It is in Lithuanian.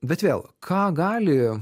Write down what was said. bet vėl ką gali